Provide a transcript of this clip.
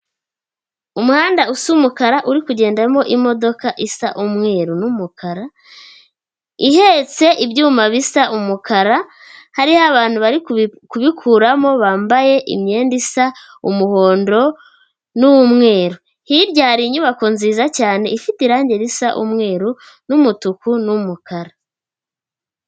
Umuhanda usa umukara uri kugendamo imodoka isa umweru n'umukara, ihetse ibyuma bisa umukara, hariho abantu bari kubikuramo bambaye imyenda isa umuhondo n'umweru, hirya hari inyubako nziza cyane ifite irangi risa umweru n'umutuku n'umukara.